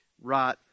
right